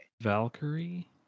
Valkyrie